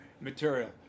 material